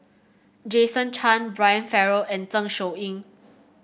Jason Chan Brian Farrell and Zeng Shouyin